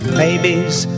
maybes